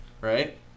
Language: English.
right